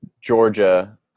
Georgia